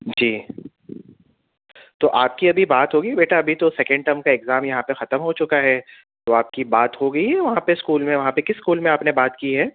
جی تو آپ کی ابھی بات ہو گئی ہے بیٹا ابھی تو سکینڈ ٹرم کا اگزام یہاں پہ ختم ہو چکا ہے تو آپ کی بات ہو گئی ہے وہاں پہ اسکول میں وہاں پہ کس اسکول میں آپ نے بات کی ہے